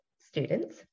students